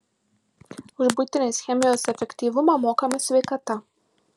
už buitinės chemijos efektyvumą mokame sveikata